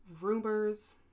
rumors